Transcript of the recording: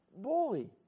bully